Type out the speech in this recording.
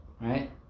Right